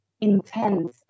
intense